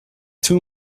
two